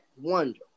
wonder